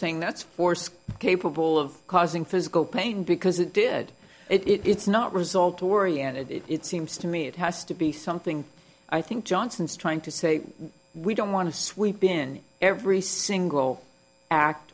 saying that's force capable of causing physical pain because it did it it's not result oriented it seems to me it has to be something i think johnson is trying to say we don't want to sweep in every single act